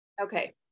Okay